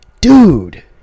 dude